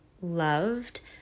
loved